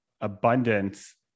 abundance